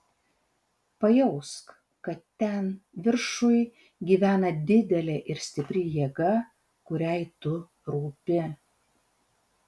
pajausk kad ten viršuj gyvena didelė ir stipri jėga kuriai tu rūpi